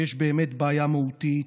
שיש באמת בעיה מהותית,